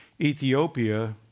Ethiopia